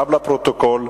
גם לפרוטוקול,